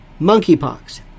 Monkeypox